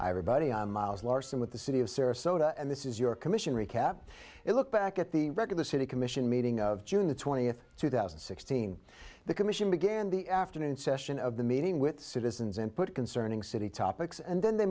buddy on myles larson with the city of sarasota and this is your commission recap it look back at the regular city commission meeting of june the twentieth two thousand and sixteen the commission began the afternoon session of the meeting with citizens and put concerning city topics and then they